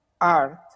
art